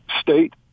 State